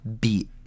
beat